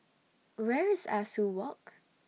Where IS Ah Soo Walk